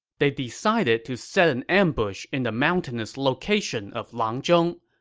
they decided to set an ambush in the mountainous location of langzhong.